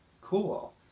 cool